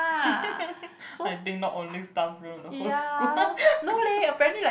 I think not only staff room the whole school